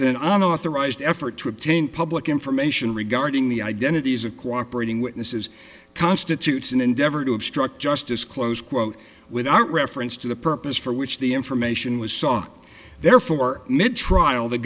then authorized effort to obtain public information regarding the identities of cooperating witnesses constitutes an endeavor to obstruct justice close quote without reference to the purpose for which the information was saw therefore meant trial the